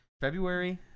February